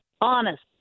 honest